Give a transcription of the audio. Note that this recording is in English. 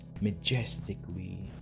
majestically